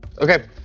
Okay